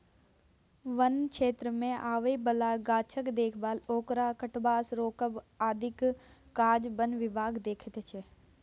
बन क्षेत्रमे आबय बला गाछक देखभाल ओकरा कटबासँ रोकब आदिक काज बन विभाग देखैत छै